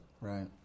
Right